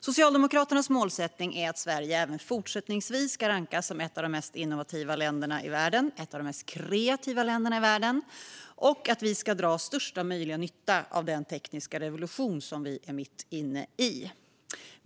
Socialdemokraternas målsättning är att Sverige även fortsättningsvis ska rankas som ett av de mest innovativa och kreativa länderna i världen och att vi ska dra största möjliga nytta av den tekniska revolution som vi är mitt inne i.